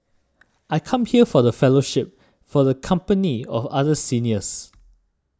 I come here for the fellowship for the company of other seniors